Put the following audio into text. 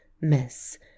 miss